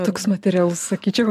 toks materialus sakyčiau